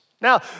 Now